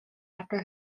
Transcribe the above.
after